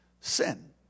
sin